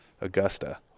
Augusta